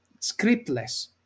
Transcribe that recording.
scriptless